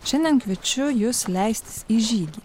šiandien kviečiu jus leistis į žygį